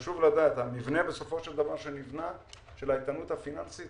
חשוב לדעת שהמבנה שנבנה של האיתנות הפיננסית,